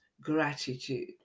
gratitude